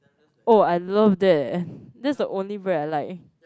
oh I love that eh that's the only bread I like